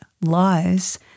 lies